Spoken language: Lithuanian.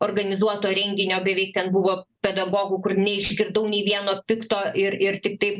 organizuoto renginio beveik ten buvo pedagogų kur neišgirdau nei vieno pikto ir ir tik taip